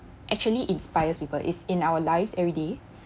actually inspires people it's in our lives already